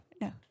No